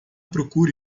procure